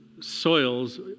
soils